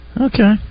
Okay